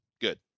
good